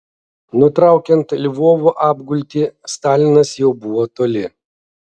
nutraukiant lvovo apgultį stalinas jau buvo toli